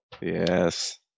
yes